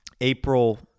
April